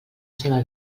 seva